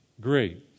great